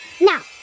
Now